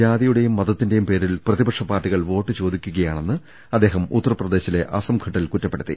ജാതിയുടെയും മതത്തിന്റെയും പേരിൽ പ്രതിപക്ഷപാർട്ടികൾ വോട്ടു ചോദിക്കുക യാണെന്നും അദ്ദേഹം ഉത്തർപ്രദേശിലെ അസംഘട്ടിൽ കുറ്റപ്പെടു ത്തി